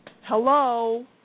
hello